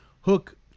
Hook